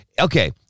Okay